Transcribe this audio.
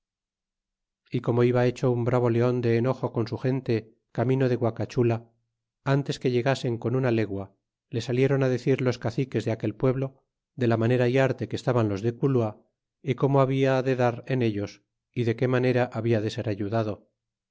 y como iba hecho un bravo leon de enojo con su gente camino de guacachula ntes que llegasen con una legua le salléron decir los caciques de aquel pueblo de la manera y arte que estaban los de culua y como habla de dar en ellos y de qué manera habla de ser ayudado